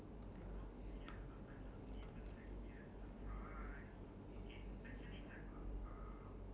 as in like or like uh uh the best gift you received um on your birthday or something